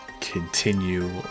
Continue